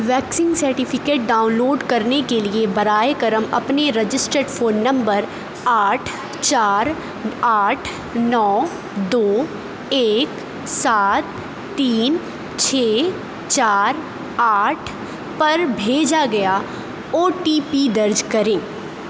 vaccine certificate download کرنے کے لیے براہِ کرم اپنے رجسٹرڈ فون نمبر آٹھ چار آٹھ نو دو ایک سات تین چھ چار آٹھ پر بھیجا گیا او ٹی پی درج کریں